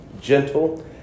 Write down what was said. gentle